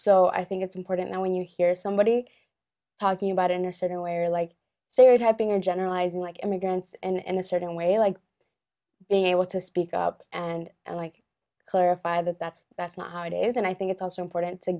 so i think it's important that when you hear somebody talking about in a certain way or like stereotyping and generalizing like immigrants and a certain way like being able to speak up and and like clarify that that's that's not how it is and i think it's also important to